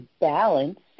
balanced